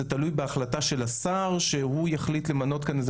בהחלטה של השר שהוא יחליט למנות כאן איזה